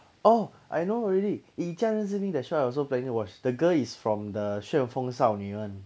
oh I know already 以家人之名 that show I also planning to watch that girl is from the 旋风少女 one